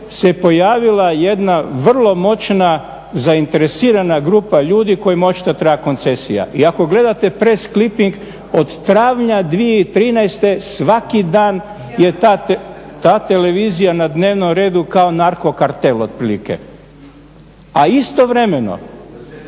se pojavila jedna vrlo moćna zainteresirana grupa ljudi kojima očito treba koncesija i ako gledate … od travnja do 2013. svaki dan je ta televizija na dnevnom redu kao Narko kartel otprilike. A istovremeno